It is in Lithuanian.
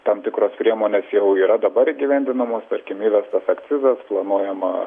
tam tikros priemonės jau yra dabar įgyvendinamos tarkim įvestas akcizas planuojama